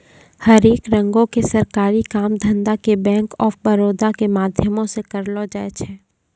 हरेक रंगो के सरकारी काम धंधा के बैंक आफ बड़ौदा के माध्यमो से करलो जाय छै